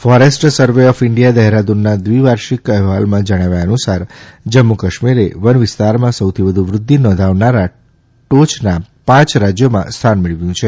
forest survey of India દહેરાદૂનના દ્રિવાર્ષિક અહેવાલમાં જણાવ્યા અનુસાર જમ્મુ કાશ્મીરે વનવિસ્તારમાં સૌથી વધુ વૃદ્ધિ નોંધાવનારા ટોમના પાંચ રાજયોમાં સ્થાન મેળવ્યું છે